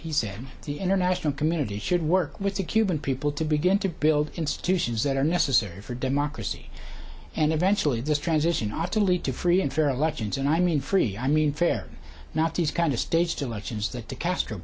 said the international community should work with the cuban people to begin to build institutions that are necessary for democracy and eventually this transition ought to lead to free and fair elections and i mean free i mean fair not these kind of staged elections that the castro